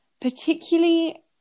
Particularly